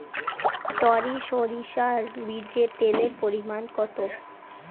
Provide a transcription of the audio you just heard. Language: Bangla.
টরি সরিষার বীজে তেলের পরিমাণ কত?